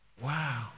Wow